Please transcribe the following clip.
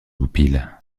goupil